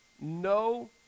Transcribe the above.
no